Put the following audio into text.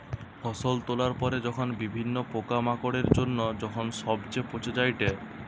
ফসল তোলার পরে যখন বিভিন্ন পোকামাকড়ের জন্য যখন সবচে পচে যায়েটে